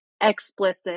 explicit